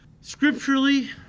scripturally